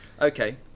Okay